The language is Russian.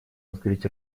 открыть